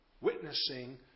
witnessing